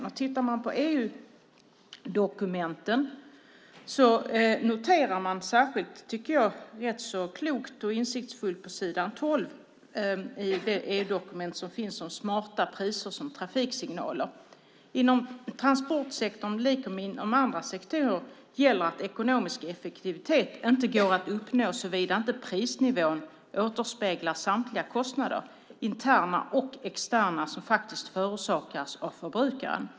Om vi tittar på EU-dokumenten noterar vi särskilt - rätt så klokt och insiktsfullt - s. 12 i EU-dokumentet Smarta priser som trafiksignaler . Inom transportsektorn liksom inom andra sektorer gäller att ekonomisk effektivitet inte går att uppnå såvida inte prisnivån återspeglar samtliga kostnader, interna och externa, som förorsakas av förbrukaren.